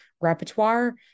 repertoire